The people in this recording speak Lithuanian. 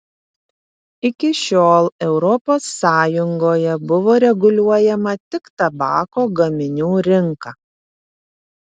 iki šiol europos sąjungoje buvo reguliuojama tik tabako gaminių rinka